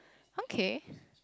okay